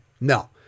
No